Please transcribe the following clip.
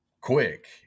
quick